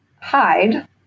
hide